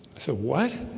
so what